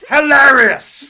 Hilarious